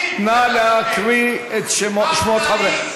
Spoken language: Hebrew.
נא להקריא את שמות חברי הכנסת.